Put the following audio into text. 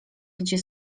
gdzie